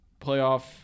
playoff